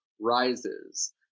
rises